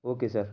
okay sir